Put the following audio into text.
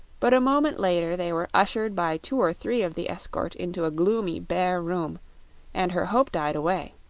but a moment later they were ushered by two or three of the escort into a gloomy, bare room and her hope died away.